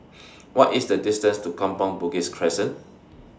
What IS The distance to Kampong Bugis Crescent